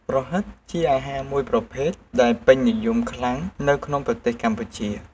ប្រហិត គឺជាអាហារមួយប្រភេទដែលពេញនិយមយ៉ាងខ្លាំងនៅក្នុងប្រទេសកម្ពុជា។